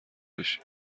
بشی